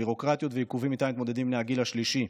ביורוקרטיות ועיכובים שאיתם מתמודדים בני הגיל השלישי.